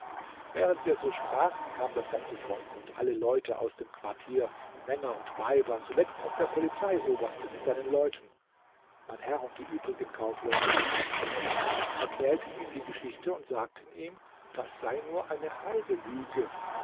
während wir so sprachen kamen das ganze volk und alle leute aus dem quartier männer und weiber zuletzt auch der polizeioberste mit seinen leuten mein herr und die übrigen kaufleute gingen zu ihm erzählten ihm die geschichte und sagten ihm das sei nur eine halbe lüge